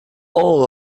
all